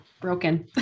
Broken